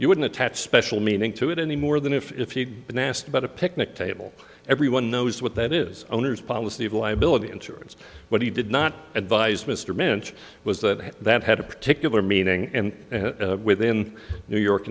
you wouldn't attach special meaning to it any more than if he'd been asked about a picnic table everyone knows what that is owner's policy of liability insurance but he did not advise mr manch was that that had a particular meaning and within new york